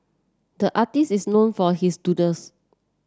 the artist is known for his doodles